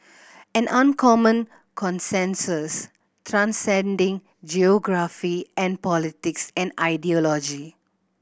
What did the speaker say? an uncommon consensus transcending geography an politics and ideology